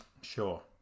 Sure